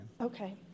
okay